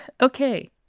Okay